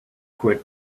quit